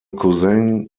cousin